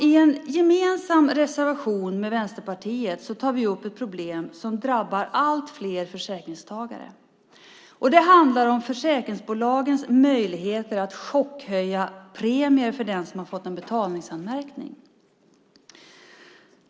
I en reservation som vi har gemensamt med Vänsterpartiet tar vi upp ett problem som drabbar allt fler försäkringstagare. Det handlar om försäkringsbolagens möjligheter att chockhöja premier för den som har fått en betalningsanmärkning.